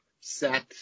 set